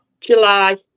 July